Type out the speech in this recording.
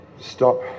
stop